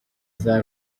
iza